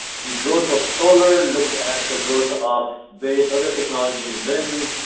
the growth of solar, look at the growth of various other technologies wind,